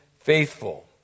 faithful